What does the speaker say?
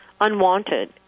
unwanted